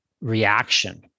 reaction